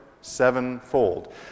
Sevenfold